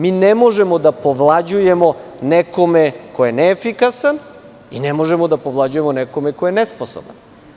Mi ne možemo da povlađujemo nekome ko je neefikasan i ne možemo da povlađujemo nekome ko je nesposoban.